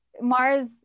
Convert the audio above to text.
Mars